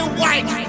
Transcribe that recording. white